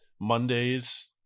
Monday's